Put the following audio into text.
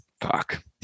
Fuck